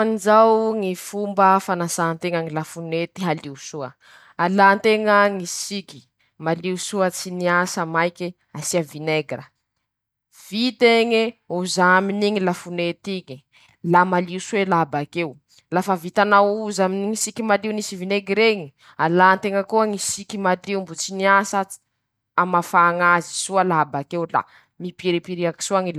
Ndeto aby ñy karazan- draha mañeno: ñy piano,-ñy gitara.-ñy violent.- ñy flute. -ñy trompeta.-ñy saxofony.-ñy baterista. -ñy violent. - ñy harimonika. -ñy trombony.-ñy kilarine.-ñy iokarina.-ñy mandoliny. -ñy banjo.- ñy xylofony.-ñ'akordion.-ñy marimba.-ñy tantely. -ñy syntetize. - ñy aponga. -ñy basy gita<…>.